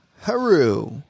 Haru